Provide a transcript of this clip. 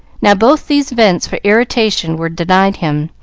now both these vents for irritation were denied him,